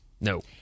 No